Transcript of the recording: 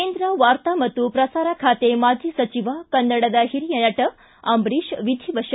ಕೇಂದ್ರ ವಾರ್ತಾ ಮತ್ತು ಪ್ರಸಾರ ಖಾತೆ ಮಾಜಿ ಸಚಿವ ಕನ್ನಡ ಹಿರಿಯ ನಟ ಅಂಬರೀಷ್ ವಿಧಿವತ